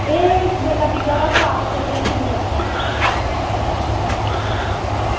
एह् इस बेल्लै बिका दा चार सौ रपेआ किलो